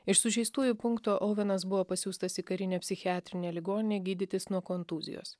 iš sužeistųjų punkto auvenas buvo pasiųstas į karinę psichiatrinę ligoninę gydytis nuo kontūzijos